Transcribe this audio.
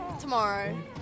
Tomorrow